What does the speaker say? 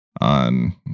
on